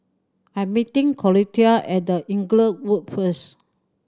I'm meeting Clotilde at The Inglewood first